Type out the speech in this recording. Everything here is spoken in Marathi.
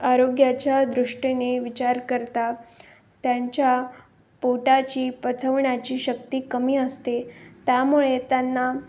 आरोग्याच्या दृष्टीने विचार करता त्यांच्या पोटाची पचवण्याची शक्ती कमी असते त्यामुळे त्यांना